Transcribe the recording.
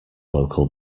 local